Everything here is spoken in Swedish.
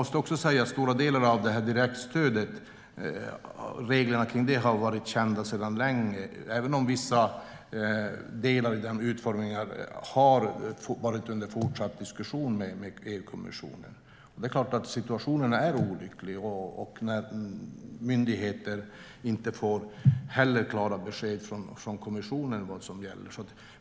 Stora delar av reglerna för direktstödet har varit kända sedan länge, även om utformningen av vissa delar har varit under fortsatt diskussion med EU-kommissionen. Situationen är olycklig när inte heller myndigheter får klara besked från kommissionen om vad som gäller.